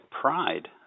pride